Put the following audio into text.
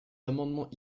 amendements